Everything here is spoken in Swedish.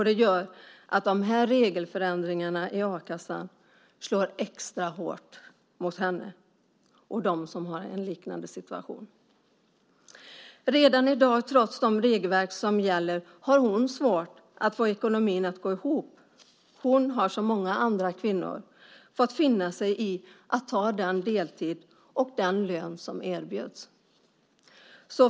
Det gör att regelförändringarna i a-kassan slår extra hårt mot henne och mot dem som har en liknande situation. Redan i dag, trots de regler som gäller, har hon svårt att få ekonomin att gå ihop. Hon har som många andra kvinnor fått finna sig i att ta den deltid och den lön som erbjuds.